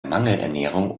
mangelernährung